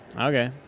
Okay